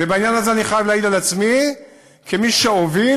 ובעניין הזה אני חייב להעיד על עצמי כמי שהוביל,